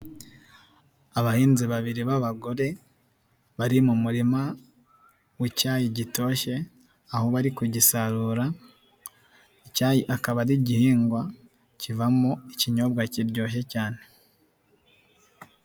Abahinzi babiri b'abagore bari mu murima w'icyayi gitoshye, aho bari kugisarura, icyayi akaba ari igihingwa kivamo ikinyobwa kiryoshye cyane.